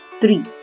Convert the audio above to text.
three